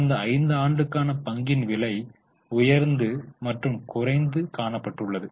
கடந்த 5 ஆண்டுக்கான பங்கின் விலை உயர்ந்து மற்றும் குறைந்து காணப்பட்டுள்ளது